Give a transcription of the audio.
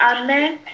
Amen